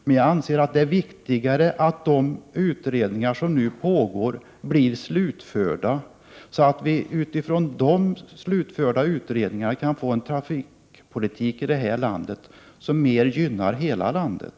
Men jag anser att det är viktigare att de utredningar som nu pågår blir slutförda, så att vi utifrån dem kan få en trafikpolitik här i landet som mer gynnar hela landet.